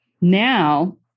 Now